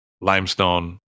limestone